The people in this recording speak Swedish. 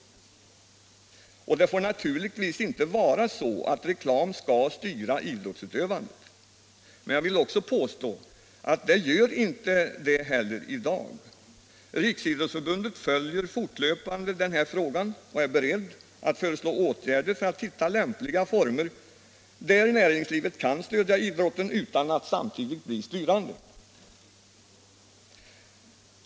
Det får naturligtvis inte vara så att reklamen skall styra idrottsutövandet. Men jag vill också påstå att det inte heller sker i dag. Riksidrottsförbundet följer fortlöpande den här frågan och är berett att föreslå åtgärder för att hitta lämpliga former som innebär att näringslivet kan stödja idrotten utan att samtidigt bli styrande.